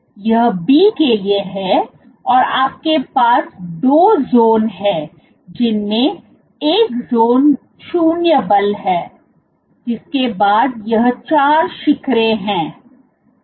यह B के लिए है और आपके पास 2 ज़ोन हैं जिनमें से एक ज़ोन 0 बल है जिसके बाद यह 4 शिखरों है